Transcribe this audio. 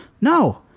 no